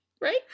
right